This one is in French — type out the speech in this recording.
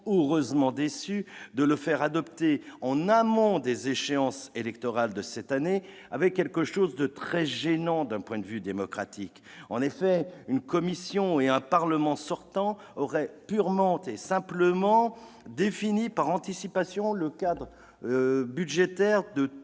heureusement déçu !-de le faire adopter en amont des échéances électorales de cette année avait quelque chose de très gênant d'un point de vue démocratique : en effet, une Commission et un Parlement sortants auraient, purement et simplement, défini par anticipation le cadre budgétaire de toute